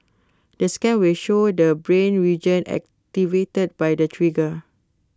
the scan will show the brain region activated by the trigger